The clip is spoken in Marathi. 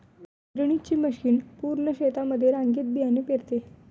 पेरणीची मशीन पूर्ण शेतामध्ये रांगेत बियाणे पेरते